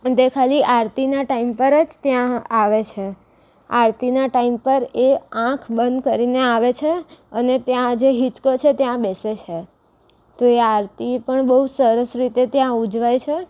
તે ખાલી આરતીના ટાઈમ પર જ ત્યાં આવે છે આરતીના ટાઈમ પર એ આંખ બંદ કરીને આવે છે અને ત્યાં જે હિચકો છે ત્યાં બેસે છે તો એ આરતી પણ બહુ સરસ રીતે ત્યાં ઉજવાય છે